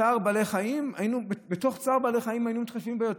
בתור צער בעלי חיים היינו מתחשבים בהם יותר,